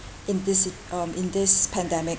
in this si~ um in this pandemic